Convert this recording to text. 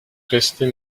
restez